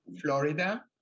Florida